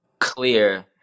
clear